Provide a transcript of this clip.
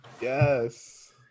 Yes